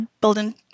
building